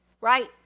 right